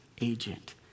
agent